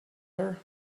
her